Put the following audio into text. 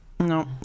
no